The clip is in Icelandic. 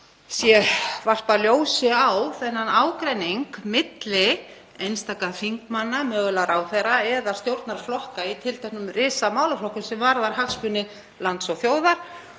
sé varpað ljósi á þennan ágreining milli einstakra þingmanna, mögulega ráðherra, eða stjórnarflokka í tilteknum risamálaflokkum sem varða hagsmuni lands og þjóðar